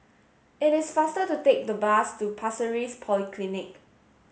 it is faster to take the bus to Pasir Ris Polyclinic